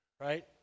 right